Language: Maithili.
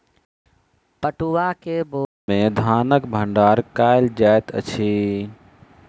पटुआ के बोरा में धानक भण्डार कयल जाइत अछि